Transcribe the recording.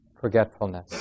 forgetfulness